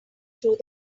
through